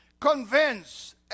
Convince